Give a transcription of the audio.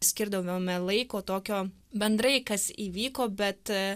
skirdavome laiko tokio bendrai kas įvyko bet